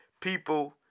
people